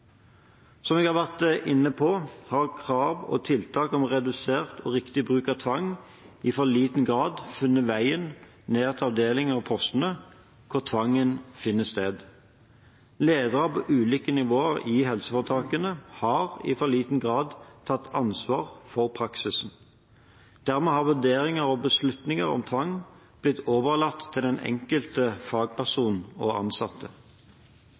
Som jeg har vært inne på, har krav og tiltak om redusert og riktig bruk av tvang i for liten grad funnet veien ned til avdelingene og postene hvor tvangen finner sted. Ledere på ulike nivåer i helseforetakene har i for liten grad tatt ansvar for praksisen. Dermed har vurderinger og beslutninger om tvang blitt overlatt til den enkelte fagperson og den enkelte ansatte.